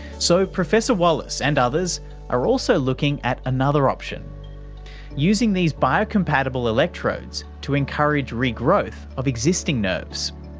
so professor wallace and others are also looking at another option using these biocompatible electrodes to encourage regrowth of existing nerves.